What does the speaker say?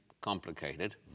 complicated